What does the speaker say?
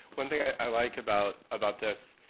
one thing i like about about this,